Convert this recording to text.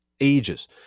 ages